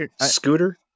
Scooter